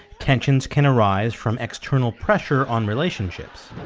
tensions can arise from external pressure on relationships